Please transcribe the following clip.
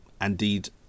indeed